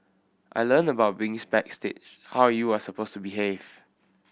I learnt about being backstage how you are supposed to behave